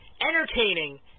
entertaining